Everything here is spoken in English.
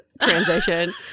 transition